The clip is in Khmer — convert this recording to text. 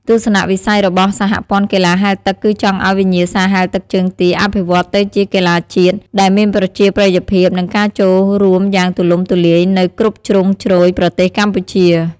ទស្សនវិស័យរបស់សហព័ន្ធកីឡាហែលទឹកគឺចង់ឲ្យវិញ្ញាសាហែលទឹកជើងទាអភិវឌ្ឍទៅជាកីឡាជាតិ ដែលមានប្រជាប្រិយភាព និងការចូលរួមយ៉ាងទូលំទូលាយនៅគ្រប់ជ្រុងជ្រោយប្រទេសកម្ពុជា។